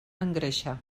engreixar